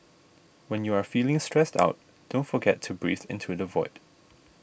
when you are feeling stressed out don't forget to breathe into the void